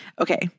Okay